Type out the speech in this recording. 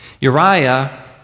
Uriah